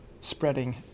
spreading